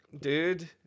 dude